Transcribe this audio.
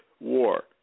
war